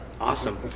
awesome